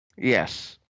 Yes